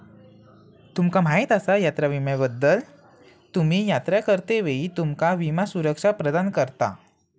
तुमका माहीत आसा यात्रा विम्याबद्दल?, तुम्ही यात्रा करतेवेळी तुमका विमा सुरक्षा प्रदान करता